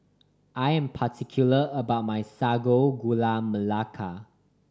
I am particular about my Sago Gula Melaka